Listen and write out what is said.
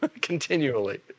continually